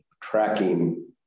tracking